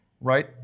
right